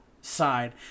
side